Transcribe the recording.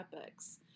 epics